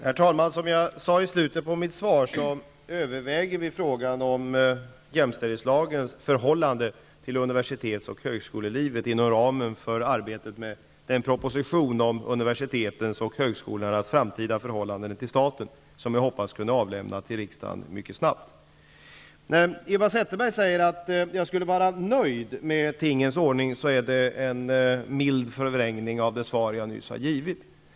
Herr talman! Som jag sade i slutet av mitt svar överväger vi frågan om jämställdhetslagens förhållande till universitets och högskolelivet inom ramen för arbetet med den proposition om universitetens och högskolornas framtida förhållanden till staten. Jag hoppas kunna avlämna den till riksdagen mycket snabbt. När Eva Zetterberg påstår att jag skulle vara nöjd med tingens ordning är det en mild förvrängning av det svar jag nyss har givit.